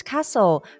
Castle